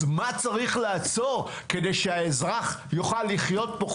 אז מה צריך לעצור כדי שהאזרח יוכל לחיות פה?